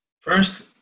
first